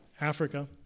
Africa